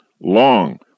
long